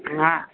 हा